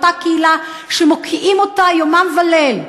אותה קהילה שמוקיעים אותה יומם וליל,